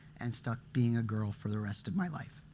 and stuck being a girl for the rest of my life.